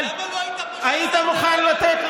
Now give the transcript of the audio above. אבל כשאתה לא בפנים זה פתאום לא לגיטימי.